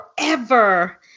forever